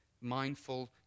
mindful